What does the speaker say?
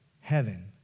heaven